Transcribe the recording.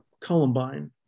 Columbine